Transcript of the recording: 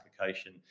application